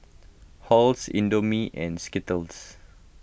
Halls Indomie and Skittles